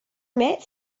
met